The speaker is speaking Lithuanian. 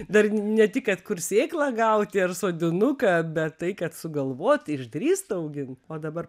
dar ne tik kad kur sėklą gauti ar sodinuką bet tai kad sugalvot išdrįst augint o dabar